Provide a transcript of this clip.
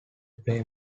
play